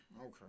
Okay